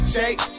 Shake